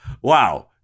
wow